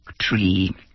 tree